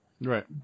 Right